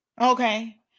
Okay